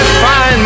find